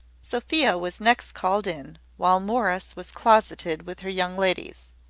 sophia was next called in, while morris was closeted with her young ladies.